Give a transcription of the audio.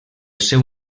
seu